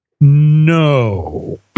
No